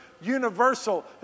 universal